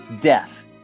death